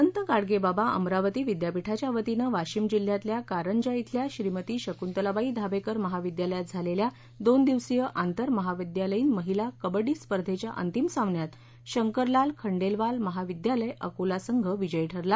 संत गाडगेबाबा अमरावती विद्यापीठाच्या वतीन वाशिम जिल्ह्यातल्या कारंजा श्रीमती शकृंतलाबाई धाबेकर महाविद्यालयात झालेल्या दोन दिवसीय आंतर महाविद्यालयीन महिला कबड्डी स्पर्धेच्या अंतिम सामन्यात शंकरलाल खंडेलवाल महाविद्यालय अकोला संघ विजयी ठरला